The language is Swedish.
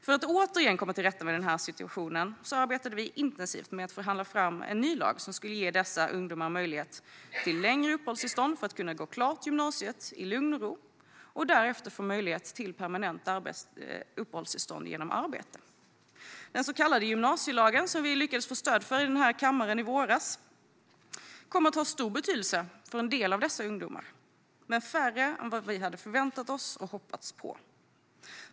För att återigen komma till rätta med denna situation arbetade vi intensivt med att förhandla fram en ny lag som skulle ge dessa ungdomar möjlighet till längre uppehållstillstånd så att de kan gå klart gymnasiet i lugn och ro och därefter få möjlighet till permanent uppehållstillstånd genom arbete. Den så kallade gymnasielagen, som vi lyckades få stöd för i denna kammare i våras, kommer att ha stor betydelse för en del av dessa ungdomar - men färre än vad vi hade förväntat oss och hoppats på.